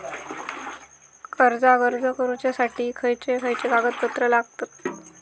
कर्जाक अर्ज करुच्यासाठी खयचे खयचे कागदपत्र लागतत